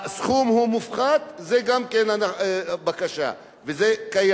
הסכום הוא מופחת, זו גם כן בקשה, וזה קיים,